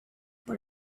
but